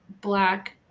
black